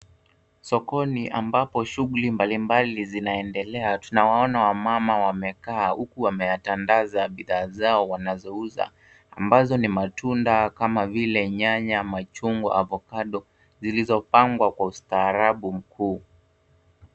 Sokoni ambapo shughuli mbalimbali zinaendelea. Tunawaona wamama wamekaa huku wameatandaza bidhaa zao wanazouza ambazo ni matunda kama vile nyanya, machungwa, avocado zilizopangwa kwa ustaarabu mkuu.